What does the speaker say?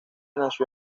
nació